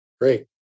Great